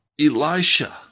Elisha